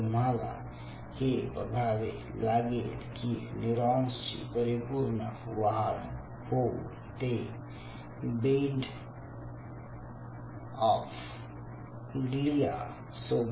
तुम्हाला हे बघावे लागेल की न्यूरॉन्सची परिपूर्ण वाढ होऊन ते बेड ऑफ ग्लिआ सो